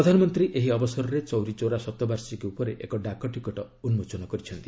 ପ୍ରଧାନମନ୍ତ୍ରୀ ଏହି ଅବସରରେ ଚୌରୀ ଚୌରା ଶତବାର୍ଷିକୀ ଉପରେ ଏକ ଡାକଟିକଟ ଉନ୍ଦୋଚନ କରିଛନ୍ତି